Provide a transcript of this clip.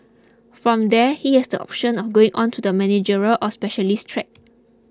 from there he has the option of going on to the managerial or specialist track